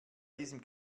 diesem